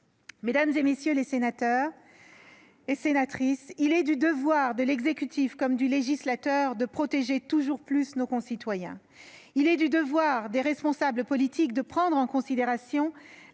Mesdames, messieurs les sénateurs et les sénatrices, il est du devoir de l'exécutif comme du législateur de protéger toujours plus nos concitoyens. Il est du devoir des responsables politiques de prendre en considération